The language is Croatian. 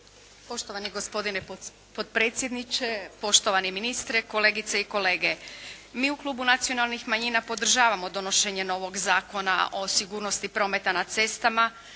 Poštovani gospodine potpredsjedniče, poštovani ministre, kolegice i kolege. Mi u klubu Nacionalnih manjina podržavamo donošenje novog Zakona o sigurnosti prometa na cestama,